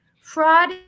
fraud